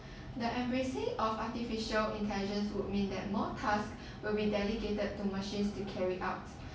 the embracing of artificial intelligence would mean that more task will be relegated to machines to carry out